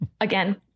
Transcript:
Again